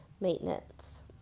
maintenance